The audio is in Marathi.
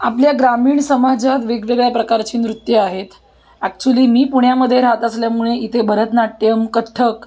आपल्या ग्रामीण समाजात वेगवेगळ्या प्रकारची नृत्य आहेत ॲक्च्युली मी पुण्यामध्ये राहत असल्यामुळे इथे भरतनाट्यम कथ्थक